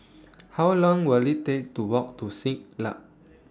How Long Will IT Take to Walk to Siglap